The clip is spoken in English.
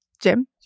Jim